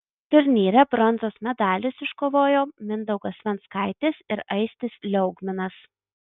turnyre bronzos medalius iškovojo mindaugas venckaitis ir aistis liaugminas